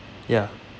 ya